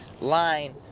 line